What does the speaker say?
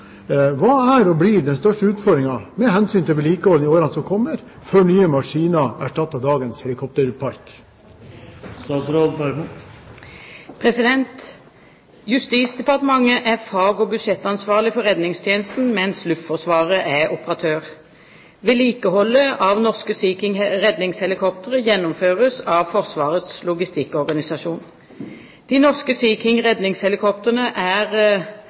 Hva er og blir den største utfordringen med hensyn til vedlikehold i årene som kommer før nye maskiner har erstattet dagens helikopterpark?» Justisdepartementet er fag- og budsjettansvarlig for redningstjenesten, mens Luftforsvaret er operatør. Vedlikeholdet av norske Sea King redningshelikoptre gjennomføres av Forsvarets logistikkorganisasjon. De norske Sea King redningshelikoptrene er